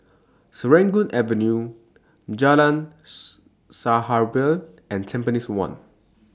Serangoon Avenue Jalan Sahabat and Tampines one